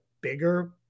bigger